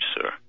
sir